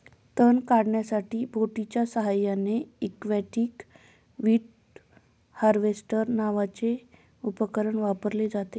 तण काढण्यासाठी बोटीच्या साहाय्याने एक्वाटिक वीड हार्वेस्टर नावाचे उपकरण वापरले जाते